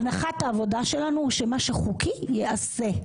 הנחת העבודה שלנו היא שמה שחוקי ייעשה.